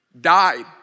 died